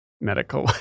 medical